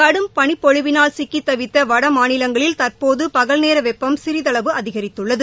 கடும் பனிப்பொழிவினால் சிக்கித் தவித்த வட மாநிலங்களில் தற்போது பகல்நேர வெப்பம் சிறிதளவு அதிகரித்துள்ளது